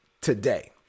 today